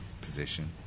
position